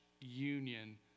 union